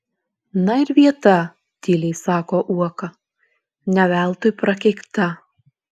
na ir vieta tyliai sako uoka ne veltui prakeikta